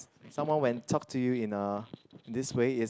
someone when talk to you in a this way is